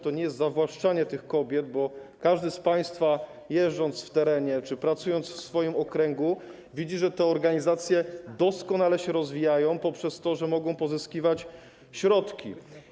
To nie jest zawłaszczanie tych kobiet, bo każdy z państwa, jeżdżąc w teren czy pracując w swoim okręgu, widzi, że te organizacje doskonale się rozwijają dzięki temu, że mogą pozyskiwać środki.